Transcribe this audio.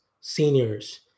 seniors